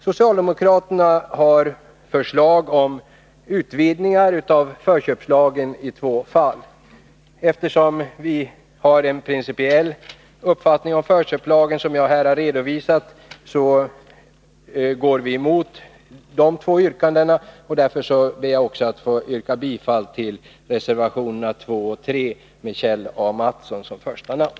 Socialdemokraterna har framfört förslag om utvidgningar av förköpslagen itvå fall. Eftersom vi har en principiell uppfattning om förköpslagen som jag här har redovisat går vi emot de två yrkandena. Därför ber jag också att få yrka bifall till reservationerna 2 och 3 med Kjell A. Mattsson som första namn.